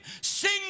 sing